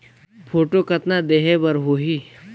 Photo कतना देहें बर होहि?